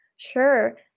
Sure